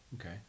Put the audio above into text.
Okay